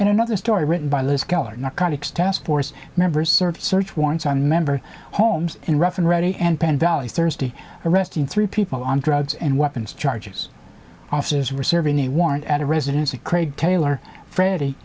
and another story written by liz keller narcotics task force member served search warrants on member homes in rough and ready and penn valley thursday arresting three people on drugs and weapons charges officers were serving a warrant at a residence of craig taylor freddy